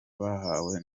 bahawe